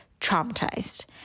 traumatized